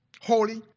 holy